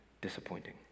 disappointing